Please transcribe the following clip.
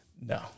No